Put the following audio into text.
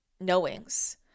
knowings